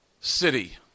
city